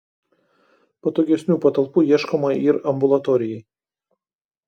patogesnių patalpų ieškoma ir ambulatorijai